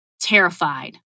terrified